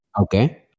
Okay